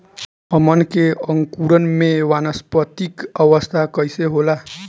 हमन के अंकुरण में वानस्पतिक अवस्था कइसे होला?